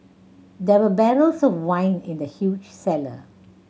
there were barrels of wine in the huge cellar